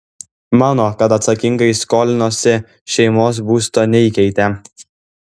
mano kad atsakingai skolinosi šeimos būsto neįkeitė